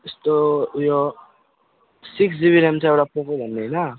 यस्तो ऊ यो सिक्स जिबी ऱ्याम छ एउटा पोको भन्ने हैन